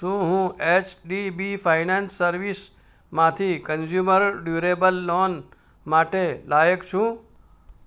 શું હું HDB finance સર્વિસમાંથી કન્ઝ્યુમર ડુરેબલ લોન માટે લાયક છું